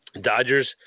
Dodgers